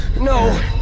No